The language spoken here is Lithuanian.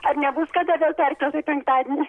ar nebus kada vėl perkelta į penktadienį